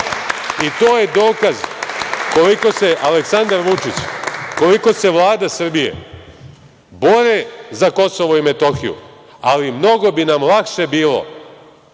je dokaz koliko se Aleksandar Vučić, koliko se Vlada Srbije bore za KiM. Ali, mnogo bi nam lakše bilo,